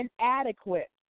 inadequate